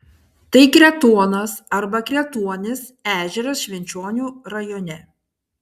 tai kretuonas arba kretuonis ežeras švenčionių rajone